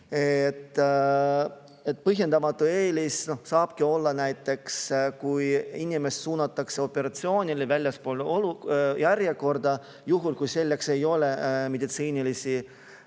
Põhjendamatu eelis võibki olla näiteks siis, kui inimene suunatakse operatsioonile väljaspool järjekorda, juhul kui selleks ei ole meditsiinilist